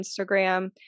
Instagram